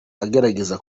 agerageza